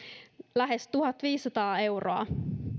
lähes tuhatviisisataa euroa